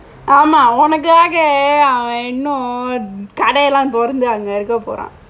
ஆமாம் உனக்காக அவன் இன்னும் கடை எல்லாம் துறந்து அங்க இருக்க போறான்:aamaam unakkaaka avan innum kadai ellaam thurandthu angka irukka pooraan